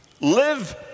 live